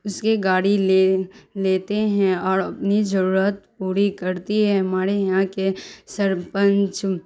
اس کے گاڑی لے لیتے ہیں اور اپنی ضرورت پوری کرتی ہے ہمارے یہاں کے سرپنچ